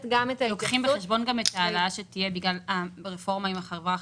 לוקחים בחשבון גם את ההעלאה שתהיה בגלל הרפורמה עם החברה החרדית?